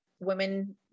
women